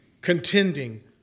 contending